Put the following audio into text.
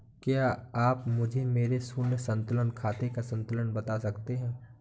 क्या आप मुझे मेरे शून्य संतुलन खाते का संतुलन बता सकते हैं?